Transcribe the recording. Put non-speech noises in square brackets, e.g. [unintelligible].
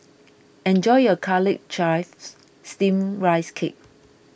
enjoy your Garlic Chives [unintelligible] Steamed Rice Cake [noise]